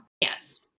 Yes